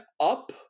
up